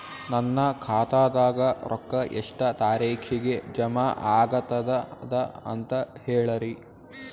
ನನ್ನ ಖಾತಾದಾಗ ರೊಕ್ಕ ಎಷ್ಟ ತಾರೀಖಿಗೆ ಜಮಾ ಆಗತದ ದ ಅಂತ ಹೇಳರಿ?